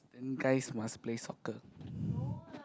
then guys must play soccer